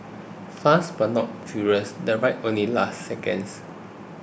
fast but not very furious the ride only lasted seconds